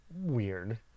weird